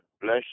bless